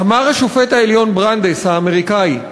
אמר השופט העליון האמריקני ברנדייס: